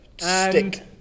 Stick